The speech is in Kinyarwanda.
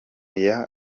hoya